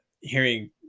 hearing